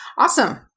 Awesome